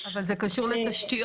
אבל זה קשור לתשתיות.